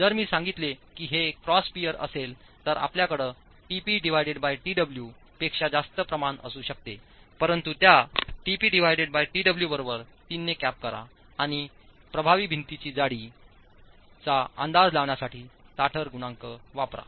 जर मी सांगितले की हे क्रॉस पियर असेल तर आपल्याकडे tp tw पेक्षा जास्त प्रमाण असू शकते परंतु त्या tp tw बरोबर 3 ने कॅप करा आणि प्रभावी भिंतीची जाडीचा अंदाज लावण्यासाठी ताठर गुणांक वापरा